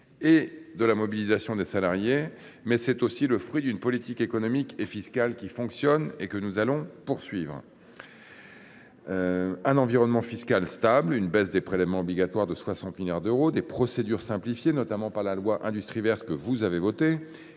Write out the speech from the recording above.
et de la mobilisation des salariés. Toutefois, elle est aussi le fruit d’une politique économique et fiscale qui fonctionne et que nous allons poursuivre : un environnement fiscal stable et une baisse des prélèvements obligatoires de 60 milliards d’euros ; des procédures simplifiées, notamment grâce à la loi relative à l’industrie verte